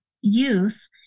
youth